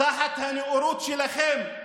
תחת הנאורות שלכם,